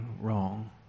wrong